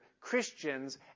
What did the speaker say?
Christians